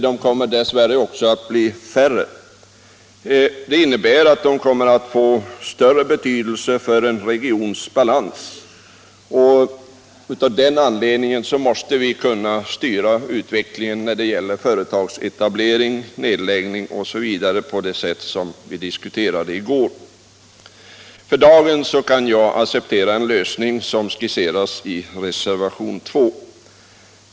De kommer dess värre också att bli färre. Det innebär att de kommer att få större betydelse för en regions balans. Av den anledningen måste vi få möjlighet att styra utvecklingen när det gäller företagsetablering, nedläggning m.m. på det sätt som diskuterades i går. För dagen kan jag acceptera den lösning som skisserats i reservationen 2.